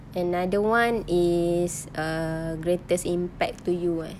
another one is err greatest impact to you ah